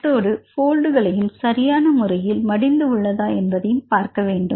அத்தோடு போல்ட்களையும் சரியான முறையில் மடிந்து உள்ளதா என்பதையும் பார்க்க வேண்டும்